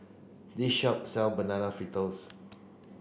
this shop sell banana fritters